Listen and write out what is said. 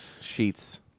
sheets